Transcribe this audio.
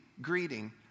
greeting